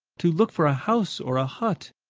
to look for a house or a hut,